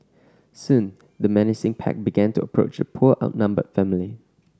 soon the menacing pack began to approach the poor outnumbered family